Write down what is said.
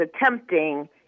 attempting